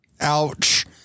ouch